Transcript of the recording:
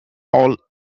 all